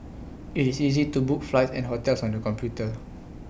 IT is easy to book flights and hotels on the computer